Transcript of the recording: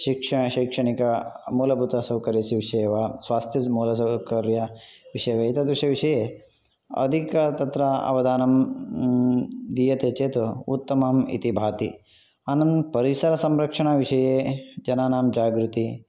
शिक्षण शैक्षणिकमूलभूतसौकर्यस्य विषये वा स्वास्थ्यमूलसौकर्यविषये एतादृशविषये अधिक तत्र अवधानं दीयते चेत् उत्तमम् इति भाति अनं परिसरसंरक्षणविषये जनानां जागृतिः